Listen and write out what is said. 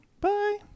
Bye